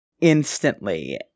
Instantly